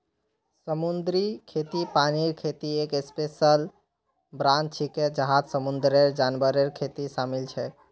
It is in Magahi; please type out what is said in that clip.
समुद्री खेती पानीर खेतीर एक स्पेशल ब्रांच छिके जहात समुंदरेर जानवरेर खेती शामिल छेक